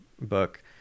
book